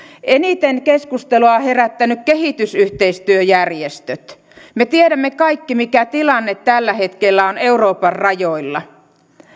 eniten keskustelua ovat herättäneet kehitysyhteistyöjärjestöt me tiedämme kaikki mikä tilanne tällä hetkellä on euroopan rajoilla